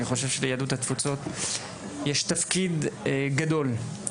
אני חושב שליהדות התפוצות יש תפקיד גדול,